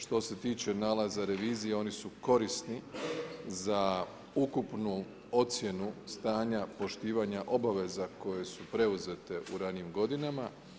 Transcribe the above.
Što se tiče nalaza revizije oni su korisni za ukupnu ocjenu stanja, poštivanja obaveza koje su preuzete u ranijim godinama.